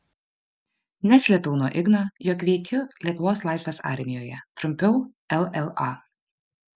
neslėpiau nuo igno jog veikiu lietuvos laisvės armijoje trumpiau lla